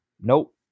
nope